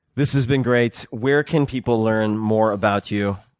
this has been great. where can people learn more about you?